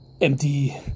empty